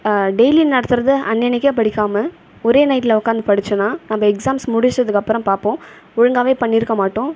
daily நடத்தறதை அன்னன்னிக்கு படிக்காமல் ஒரே நைட்டில் உட்காந்து படித்தோனா நம்ம எக்ஸாம்ஸ் முடித்ததுக்கு அப்புறம் பார்ப்போம் ஒழுங்காகவே பண்ணியிருக்க மாட்டோம்